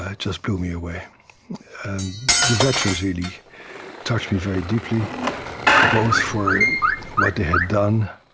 ah just blew me away and the veterans really touched me very deeply both for what they had done,